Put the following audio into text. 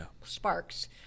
sparks